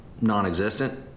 non-existent